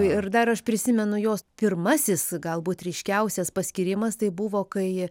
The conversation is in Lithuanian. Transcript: ir dar aš prisimenu jos pirmasis galbūt ryškiausias paskyrimas tai buvo kai